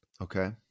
Okay